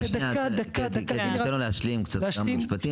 שניה קטי ניתן לו להשלים קצת כמה משפטים ואחר כך.